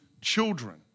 children